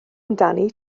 amdani